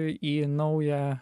į naują